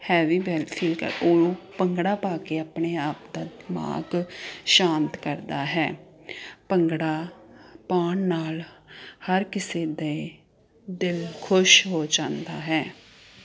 heavy feel ਕਰਦੇ ਹੈ ਉਹ ਭੰਗੜਾ ਪਾ ਕੇ ਆਪਣੇ ਆਪ ਦਾ ਦਿਮਾਗ ਸ਼ਾਂਤ ਕਰਦਾ ਹੈ ਭੰਗੜਾ ਪਾਉਣ ਨਾਲ ਹਰ ਕਿਸੇ ਦੇ ਦਿਲ ਖੁਸ਼ ਹੋ ਜਾਂਦਾ ਹੈ